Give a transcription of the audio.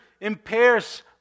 impairs